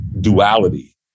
duality